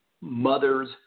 mothers